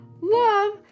love